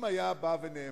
אם היה נאמר,